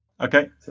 Okay